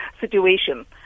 situation